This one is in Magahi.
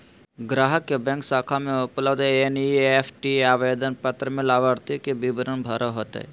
ग्राहक के बैंक शाखा में उपलब्ध एन.ई.एफ.टी आवेदन पत्र में लाभार्थी के विवरण भरे होतय